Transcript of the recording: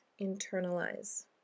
internalize